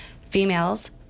females